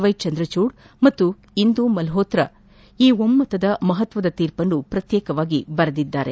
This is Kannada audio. ವ್ವೆ ಚಂದ್ರಚೂಡ್ ಮತ್ತು ಇಂದೂ ಮಲ್ಲೋತ್ರಾ ಈ ಒಮ್ಮತದ ಮಹತ್ಸದ ತೀರ್ಪನ್ನು ಪ್ರತ್ಯೇಕವಾಗಿ ಬರೆದಿದ್ದಾರೆ